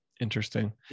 interesting